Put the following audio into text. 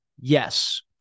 yes